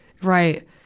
right